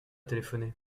téléphoné